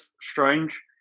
Strange